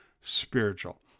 spiritual